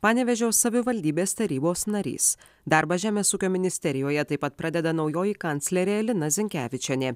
panevėžio savivaldybės tarybos narys darbą žemės ūkio ministerijoje taip pat pradeda naujoji kanclerė lina zinkevičienė